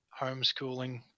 homeschooling